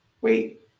wait